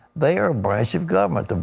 they are a branch of government. and